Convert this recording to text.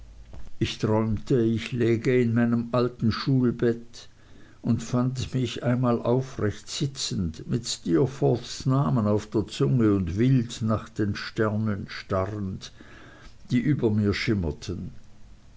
ich träumte ich läge in meinem alten schulbett und fand mich einmal aufrecht sitzend mit steerforths namen auf der zunge und wild nach den sternen starrend die über mir schimmerten